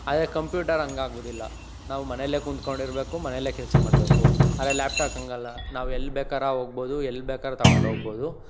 ಆದರೆ ಕಂಪ್ಯೂಟರ್ ಹಂಗೆ ಆಗೋದಿಲ್ಲ ನಾವು ಮನೇಲೆ ಕುಂತ್ಕೊಂಡಿರ್ಬೇಕು ಮನೇಲೆ ಕೆಲಸ ಮಾಡಬೇಕು ಆದರೆ ಲ್ಯಾಪ್ಟಾಕ್ ಹಾಗಲ್ಲ ನಾವು ಎಲ್ಲಿ ಬೇಕಾರ ಹೋಗ್ಬೋದು ಎಲ್ಲಿ ಬೇಕಾರ ತಕೊಂಡೊಗ್ಬೋದು